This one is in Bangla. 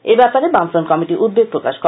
এ ব্যাপারে বামফ্রন্ট কমিটি উদ্বেগ প্রকাশ করে